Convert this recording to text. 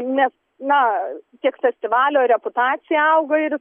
nes na tiek festivalio reputacija auga ir